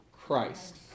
Christ